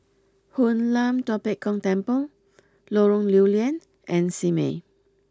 Hoon Lam Tua Pek Kong Temple Lorong Lew Lian and Simei